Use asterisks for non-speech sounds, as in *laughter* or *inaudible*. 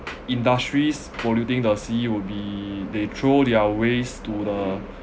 industries polluting the sea would be they throw their wastes to the *breath*